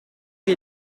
che